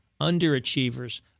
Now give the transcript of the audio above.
underachievers